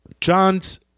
John's